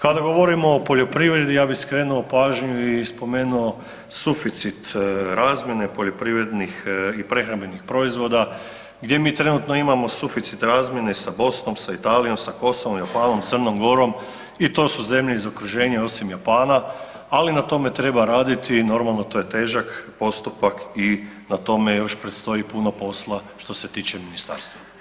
Kada govorimo o poljoprivredi ja bi skrenuo pažnju i spomenuo suficit razmjene poljoprivrednih i prehrambenih proizvoda gdje mi trenutno imamo suficit razmjene sa Bosnom, sa Italijom, sa Kosovom, Japanom, Crnom Gorom i to su zemlje iz okruženja osim Japana, ali na tome treba raditi i normalno to je težak postupak i na tome još predstoji još puno posla što se tiče ministarstva.